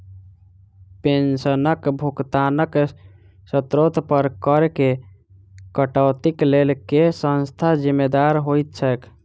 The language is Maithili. पेंशनक भुगतानक स्त्रोत पर करऽ केँ कटौतीक लेल केँ संस्था जिम्मेदार होइत छैक?